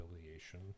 affiliation